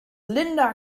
linda